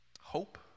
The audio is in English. Hope